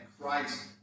Christ